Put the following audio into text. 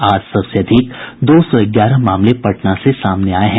आज सबसे अधिक दो सौ ग्यारह मामले पटना से सामने आये हैं